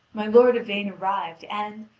my lord yvain arrived, and,